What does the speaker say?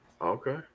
Okay